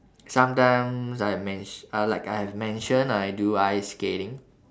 sometimes I've menti~ uh like I have mentioned I do ice skating